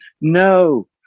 No